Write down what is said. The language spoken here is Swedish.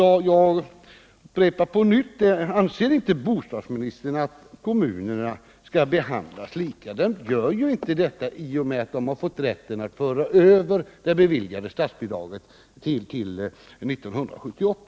Jag upprepar: Anser inte bostadsministern att man skall behandla alla kommuner lika? Man gör inte det i och med att de kommuner som beviljats statsbidrag har fått rätten att föra över det beviljade bidraget till 1978.